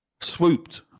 Swooped